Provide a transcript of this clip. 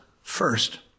First